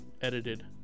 edited